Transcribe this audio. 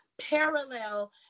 parallel